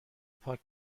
پاک